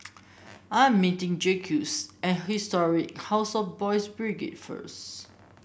I am meeting Jacquez at Historic House of Boys' Brigade first